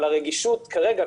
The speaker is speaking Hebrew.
אבל הרגישות כרגע,